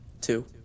Two